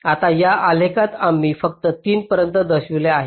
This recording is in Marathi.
आता या आलेखात आम्ही फक्त 3 पर्यंत दर्शविले आहे